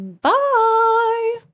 Bye